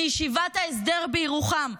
מישיבת ההסדר בירוחם,